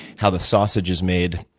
how the sausage is made,